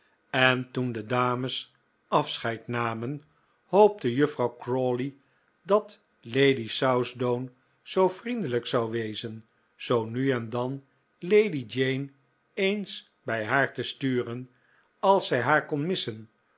en toen de dames afscheid namen hoopte juffrouw crawley dat lady southdown zoo vriendelijk zou wezen zoo nu en dan lady jane eens bij haar te sturen als zij haar kon missen